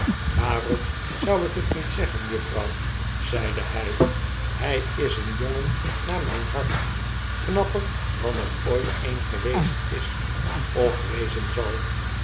waarom zou ik het niet zeggen juffrouw p zeide hy hij is een jongen naar myn hart knapper dan er ooit een geweest is of wezen zal